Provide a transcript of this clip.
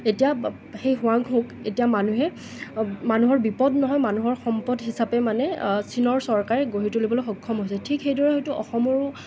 এতিয়া সেই হোৱাংহোক এতিয়া মানুহে মানুহৰ বিপদ নহয় মানুহৰ সম্পদ হিচাপে মানে চীনৰ চৰকাৰে গঢ়ি তুলিবলৈ সক্ষম হৈছে ঠিক সেইদৰে হয়টো অসমৰো